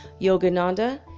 Yogananda